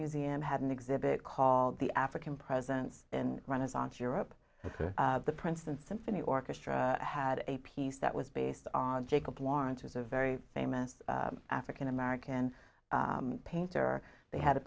museum had an exhibit called the african presence in renaissance europe and the princeton symphony orchestra had a piece that was based on jacob lawrence's a very famous african american painter they had a